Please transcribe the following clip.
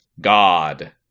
God